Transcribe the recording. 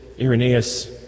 Irenaeus